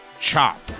chop